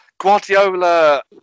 Guardiola